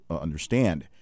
understand